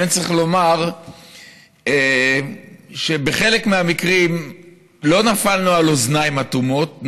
אבל אני צריך לומר שבחלק מהמקרים לא נפלנו על אוזניים אטומות,